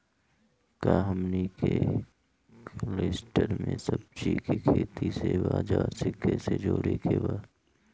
का हमनी के कलस्टर में सब्जी के खेती से बाजार से कैसे जोड़ें के बा?